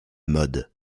mode